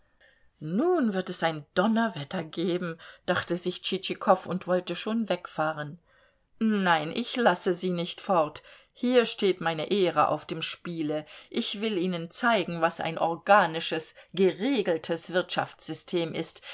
nun wird es ein donnerwetter geben dachte sich tschitschikow und wollte schon wegfahren nein ich lasse sie nicht fort hier steht meine ehre auf dem spiele ich will ihnen zeigen was ein organisches geregeltes wirtschaftssystem ist